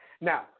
Now